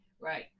Right